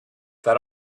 that